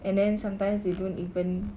and then sometimes you don't even